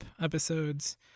episodes